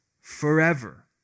forever